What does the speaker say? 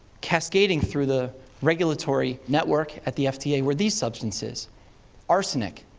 cascading through the regulatory network at the fda, were these substances arsenic,